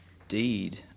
Indeed